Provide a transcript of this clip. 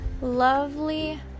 lovely